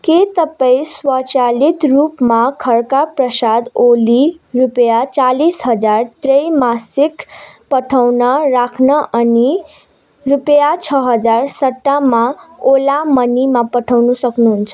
के तपाईँ स्वचालित रूपमा खढ्ग प्रसाद ओली रुपैयाँ चालिस हजार त्रैमासिक पठाउन राख्न अनि रुपैयाँ छ हजार सट्टामा ओला मनीमा पठाउनु सक्नुहुन्छ